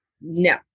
No